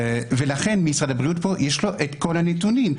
ולכן למשרד הבריאות פה יש כל הנתונים.